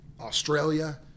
Australia